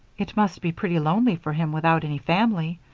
it must be pretty lonely for him without any family,